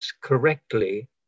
correctly